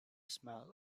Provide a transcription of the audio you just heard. smell